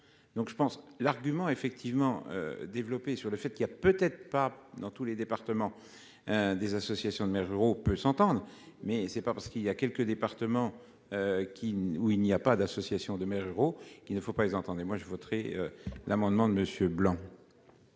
Donc je pense l'argument effectivement développé sur le fait qu'il y a peut être pas dans tous les départements. Des associations de maires ruraux peut s'entendre. Mais c'est pas parce qu'il y a quelques départements. Qui où il n'y a pas d'associations de maires ruraux qu'il ne faut pas les entendaient moi je voterai. L'amendement de monsieur Blanc.